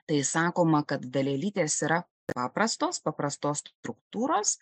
tai sakoma kad dalelytės yra paprastos paprastos struktūros